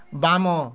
ବାମ